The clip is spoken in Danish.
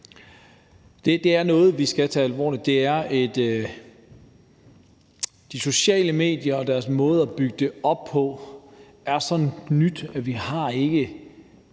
Det er noget, som vi skal tage alvorligt. De sociale medier og deres måde at bygge det op på er så nyt, at vi ikke